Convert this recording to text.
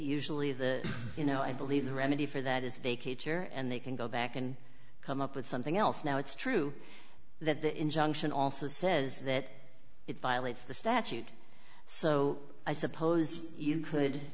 usually the you know i believe the remedy for that is vacate your and they can go back and come up with something else now it's true that the injunction also says that it violates the statute so i suppose you could